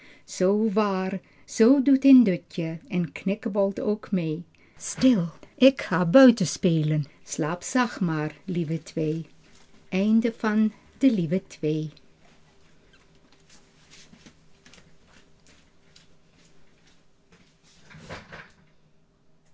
een dutje en knikkebolt ook mee stil ik ga buiten spelen slaapt zacht maar lieve